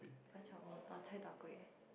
Bak-chor-mee or Chai-tow-kway